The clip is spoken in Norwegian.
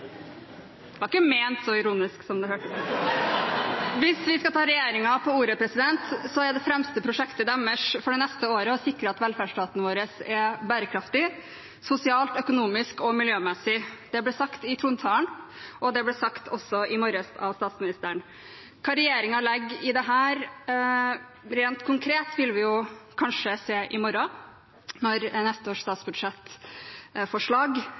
Det var ikke ment så ironisk som det hørtes ut. Hvis vi skal ta regjeringen på ordet, er det fremste prosjektet deres for det neste året å sikre at velferdsstaten vår er bærekraftig – sosialt, økonomisk og miljømessig. Det ble sagt i trontalen, og det ble også sagt av statsministeren i morges. Hva regjeringen legger i dette rent konkret, vil vi kanskje se i morgen, når neste års statsbudsjettforslag